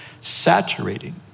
saturating